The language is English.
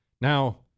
Now